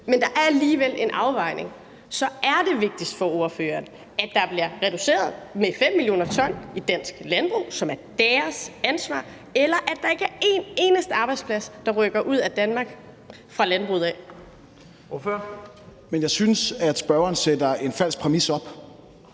men der er alligevel en afvejning. Så er det vigtigst for ordføreren, at der bliver reduceret med 5 mio. t CO2 i dansk landbrug, som er landbrugets ansvar, eller at der ikke er en eneste arbejdsplads, der rykker ud af Danmark fra landbruget? Kl. 10:40 Første næstformand (Leif Lahn Jensen):